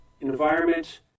Environment